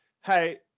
hey